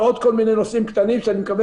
יש עוד כל מיני נושאים קטנים שאני מקווה